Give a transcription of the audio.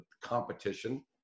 competition